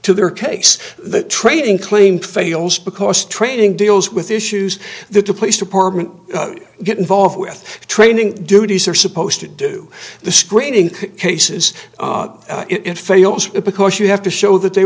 to their case the training claim fails because training deals with issues that the police department get involved with training duties are supposed to do the screening cases it fails because you have to show that they